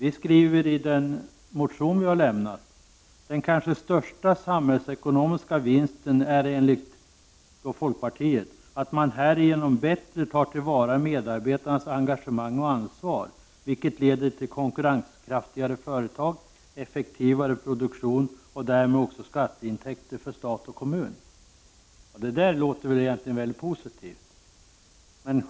I betänkandet sägs om vår motion: ”Den kanske största samhällsekonomiska vinsten är enligt motionärerna att man härigenom bättre tar till vara medarbetares engagemang och ansvar, vilket leder till konkurrenskraftigare företag, effektivare produktion och därmed också skatteintäkter för stat och kommun.” Det där låter väl egentligen positivt.